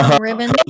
ribbon